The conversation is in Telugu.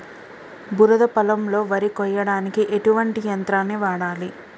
బురద పొలంలో వరి కొయ్యడానికి ఎటువంటి యంత్రాన్ని వాడాలి?